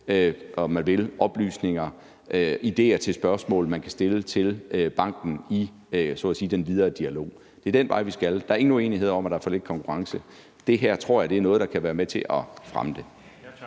om man vil, oplysninger og idéer til spørgsmål, man kan stille til banken i den videre dialog. Det er den vej, vi skal. Der er ingen uenighed om, at der er for lidt konkurrence. Det her tror jeg er noget, der kan være med til at fremme det.